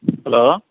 hello